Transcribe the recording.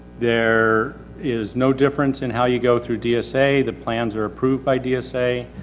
there is no difference in how you go through d s a. the plans are approved by d s a.